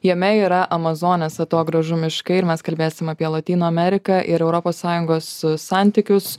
jame yra amazonės atogrąžų miškai ir mes kalbėsim apie lotynų ameriką ir europos sąjungos santykius